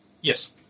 Yes